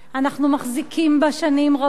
אנחנו מחזיקים בה שנים רבות.